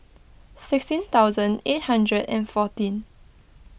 sixteen thousand eight hundred and fourteen